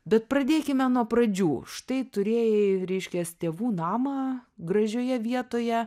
bet pradėkime nuo pradžių štai turėjai reiškias tėvų namą gražioje vietoje